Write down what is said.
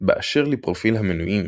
באשר לפרופיל המנויים,